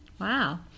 Wow